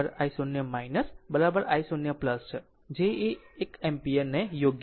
તેથી આ i0 i0 i0 છે જે 1 એમ્પીયર યોગ્ય છે